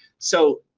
so,